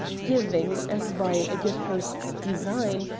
giving, as by a good host's design,